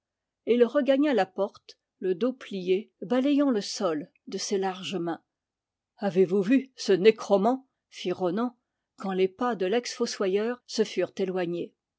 et il regagna la porte le dos plié balayant le sol de ses larges mains avez-vous vu ce nécromant fit ronan quand les pas de lex fossoyeur se furent éloignés